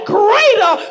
greater